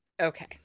okay